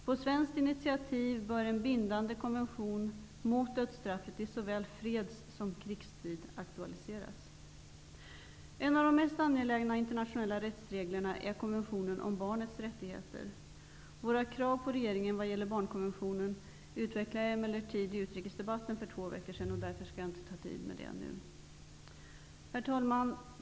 På svenskt initiativ bör en bindande konvention mot dödsstraffet i såväl freds som krigstid aktualiseras. En av de mest angelägna internationella rättsreglerna är konventionen om barnens rättigheter. Våra krav på regeringen vad gäller barnkonventionen utvecklade jag emellertid i utrikesdebatten för två veckor sedan. Jag skall därför inte uppta tid med dessa nu. Herr talman!